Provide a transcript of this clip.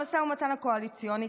המשא ומתן הקואליציוני,